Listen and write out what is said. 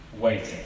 waiting